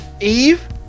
Eve